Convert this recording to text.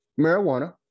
marijuana